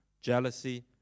jealousy